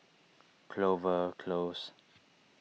Clover Close